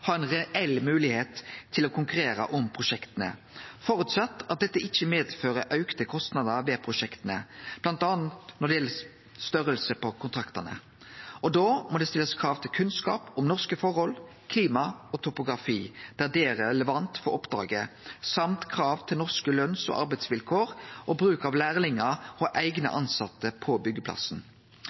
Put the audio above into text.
reell moglegheit til å konkurrera om prosjekta, under føresetnad av at det ikkje medfører auka kostnader ved prosjekta, bl.a. når det gjeld størrelse på kontraktane. Da må det stillast krav til kunnskap om norske forhold, klima og topografi der det er relevant for oppdraget, og krav til norske løns- og arbeidsvilkår og bruk av lærlingar og eigne tilsette på